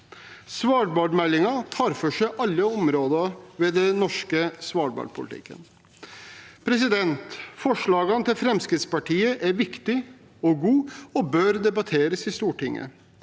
Svalbardmeldinger tar for seg alle områder ved den norske svalbardpolitikken. Forslagene til Fremskrittspartiet er viktige og gode og bør debatteres i Stortinget,